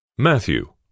Matthew